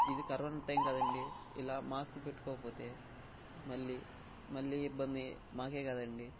ఇది corona time కదండి ఇలా మాస్క్ పెట్టుకోకపోతే మళ్ళీ మళ్ళీ ఇబ్బంది మాకే కదండి